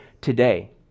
today